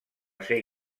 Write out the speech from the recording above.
ser